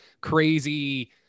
crazy